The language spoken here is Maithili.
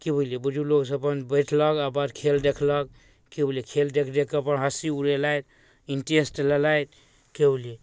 कि बुझलिए बुजुर्ग लोकसब अपन बैठलक अपन खेल देखलक कि बुझलिए खेल देखि देखिकऽ अपन हँसी उड़ेलथि इन्टरेस्ट लेलथि कि बुझलिए